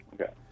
Okay